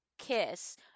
kiss